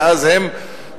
ואז הם מופרדים,